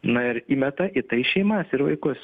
na ir įmeta į tai šeimas ir vaikus